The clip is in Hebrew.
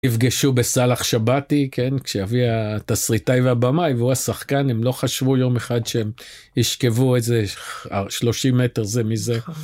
יפגשו בסאלח שבתי, כן, כשאבי היה התסריטאי והבמאי, והוא השחקן, הם לא חשבו יום אחד שהם ישכבו איזה 30 מטר זה מזה.